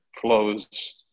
flows